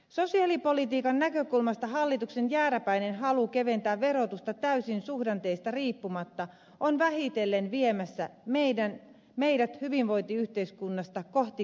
sosiaalipolitiikan näkökulmasta hallituksen jääräpäinen halu keventää verotusta täysin suhdanteista riippumatta on vähitellen viemässä meidät hyvinvointiyhteiskunnasta kohti köyhäinhoidon yhteiskuntaa